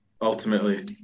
ultimately